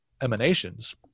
emanations